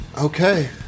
Okay